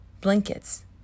blankets